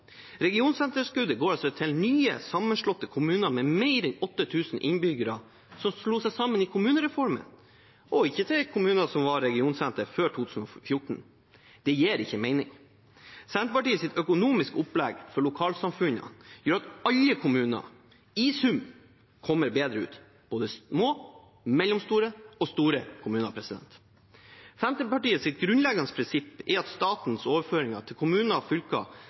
går til nye sammenslåtte kommuner med mer enn 8 000 innbyggere som slo seg sammen i kommunereformen, og ikke til kommuner som var regionsenter før 2014. Det gir ikke mening. Senterpartiet sitt økonomiske opplegg for lokalsamfunnene gjør at alle kommuner i sum kommer bedre ut, både små, mellomstore og store kommuner. Senterpartiets grunnleggende prinsipp er at statens overføringer til kommuner og fylker